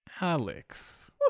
Alex